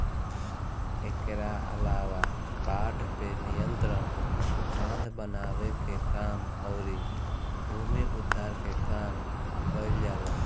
एकरा अलावा बाढ़ पे नियंत्रण, बांध बनावे के काम अउरी भूमि उद्धार के काम कईल जाला